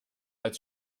als